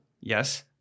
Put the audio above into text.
Yes